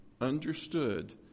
understood